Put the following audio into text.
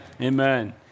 Amen